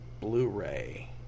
Blu-ray